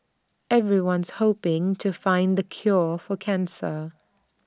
everyone's hoping to find the cure for cancer